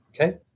Okay